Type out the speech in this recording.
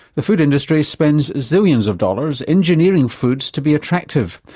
the food industry spends zillions of dollars engineering foods to be attractive,